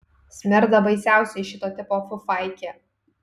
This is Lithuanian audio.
smirda baisiausiai šito tipo fufaikė